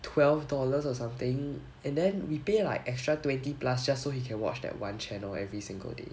twelve dollars or something and then we pay like extra twenty plus just so he can watch that one channel every single day